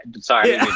Sorry